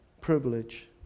privilege